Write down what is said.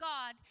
God